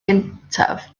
gyntaf